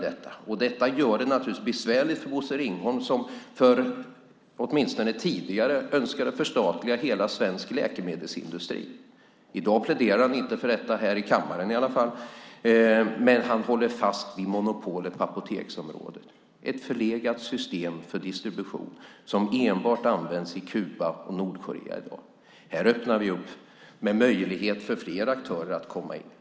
Detta gör det naturligtvis besvärligt för Bosse Ringholm som åtminstone tidigare önskade förstatliga hela den svenska läkemedelsindustrin. I dag pläderar han inte för detta här i kammaren i alla fall, men han håller fast vid monopolet på apoteksområdet - ett förlegat system för distribution som enbart används i Kuba och Nordkorea i dag. Här öppnas möjligheter för fler aktörer att komma in.